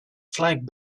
flag